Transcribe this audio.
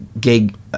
Gig